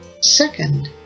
Second